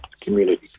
community